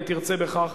אם תרצה בכך,